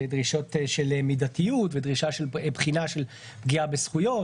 דרישות של מידתיות ודרישה של בחינה של פגיעה בזכויות,